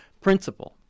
Principle